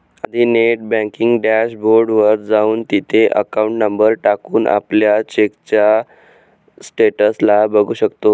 आधी net banking dashboard वर जाऊन, तिथे अकाउंट नंबर टाकून, आपल्या चेकच्या स्टेटस ला बघू शकतो